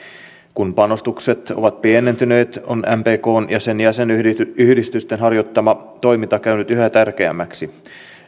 kun panostukset ovat pienentyneet on mpkn ja sen jäsenyhdistysten harjoittama toiminta käynyt yhä tärkeämmäksi